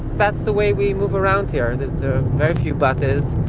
that's the way we move around here. there's very few buses.